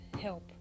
help